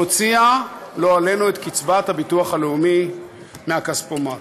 כשהוציאה את קצבת הביטוח הלאומי מהכספומט.